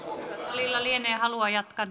salilla lienee halua jatkaa